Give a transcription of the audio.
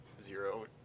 zero